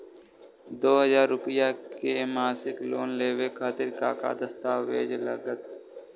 दो हज़ार रुपया के मासिक लोन लेवे खातिर का का दस्तावेजऽ लग त?